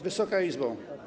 Wysoka Izbo!